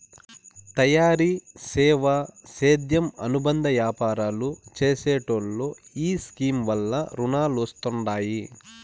తయారీ, సేవా, సేద్యం అనుబంద యాపారాలు చేసెటోల్లో ఈ స్కీమ్ వల్ల రునాలొస్తండాయి